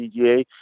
PGA